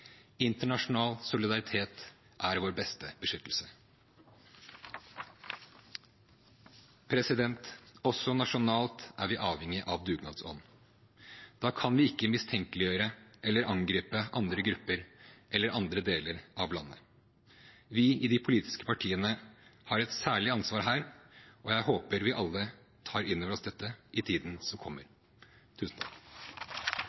Internasjonal solidaritet er vår beste beskyttelse. Også nasjonalt er vi avhengig av dugnadsånd. Da kan vi ikke mistenkeliggjøre eller angripe andre grupper eller andre deler av landet. Vi i de politiske partiene har et særlig ansvar her, og jeg håper vi alle tar inn over oss dette i tiden som